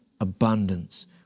abundance